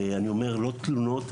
ואני אומר לא תלונות,